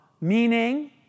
meaning